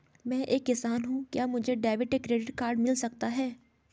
मैं एक किसान हूँ क्या मुझे डेबिट या क्रेडिट कार्ड मिल सकता है?